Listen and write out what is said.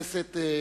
התשס"ט 2008,